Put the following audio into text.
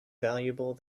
valuable